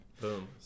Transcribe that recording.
boom